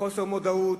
חוסר המודעות,